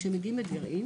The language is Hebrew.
כשהם מגיעים לגרעין,